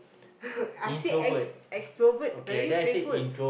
I said ex~ extrovert very playful